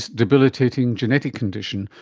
debilitating, genetic condition,